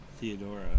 Theodora